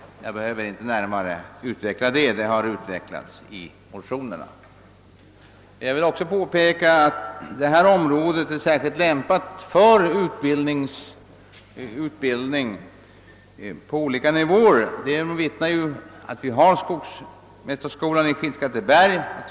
Jag behöver inte närmare utveckla detta resonemang; det har redovisats i motionerna. Jag vill också påpeka att detta område är särskilt lämpat för utbildning på olika nivåer; därom vittnar att vi har skogsmästarskolan i Skinnskatteberg.